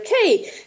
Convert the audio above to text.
okay